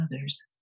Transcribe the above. others